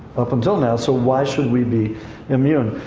up until now, so why should we be immune?